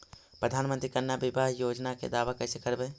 प्रधानमंत्री कन्या बिबाह योजना के दाबा कैसे करबै?